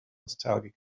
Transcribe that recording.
nostalgia